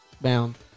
bound